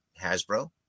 Hasbro